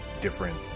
different